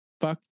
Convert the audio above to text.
Fuck